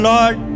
Lord